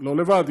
לא לבד,